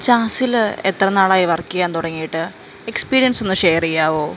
ചാസില് എത്രനാളായി വർക്ക്യ്യാൻ തുടങ്ങിയിട്ട് എക്സ്പീരിയൻസൊന്ന് ഷെയറ്യ്യാവോ